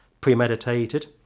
premeditated